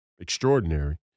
Extraordinary